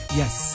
yes